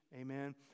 amen